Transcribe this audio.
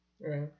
right